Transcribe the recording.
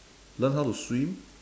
learn how to swim